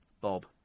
Bob